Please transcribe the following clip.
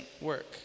work